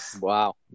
Wow